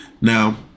now